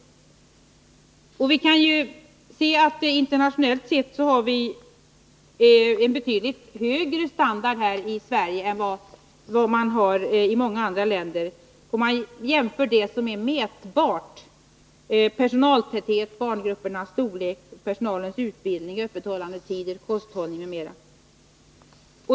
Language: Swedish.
Vi kan se att vi här i Sverige har en betydligt högre standard internationellt sett än vad man har i många andra länder. Det framgår om man jämför det som är mätbart, såsom personaltäthet, barngruppernas storlek, personalens utbildning, öppethållandetider, kosthållning m.m.